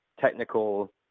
technical